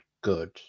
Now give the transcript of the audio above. good